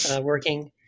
working